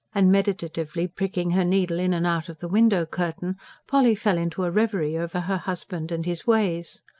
and meditatively pricking her needle in and out of the window-curtain, polly fell into a reverie over her husband and his ways.